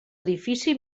edifici